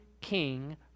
king